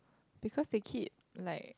because they keep like